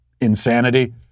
insanity